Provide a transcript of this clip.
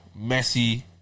Messi